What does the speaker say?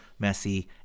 Messi